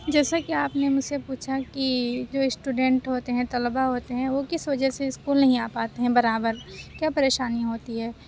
جیسا کہ آپ نے مجھ سے پوچھا کہ جو اسٹوڈنٹ ہوتے ہیں طلباء ہوتے ہیں وہ کس وجہ سے اسکول نہیں آ پاتے ہیں برابر کیا پریشانی ہوتی ہے